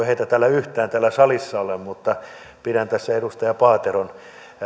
heitä ei yhtään täällä salissa ole mutta pidän tässä edustaja paateron